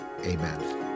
amen